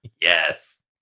Yes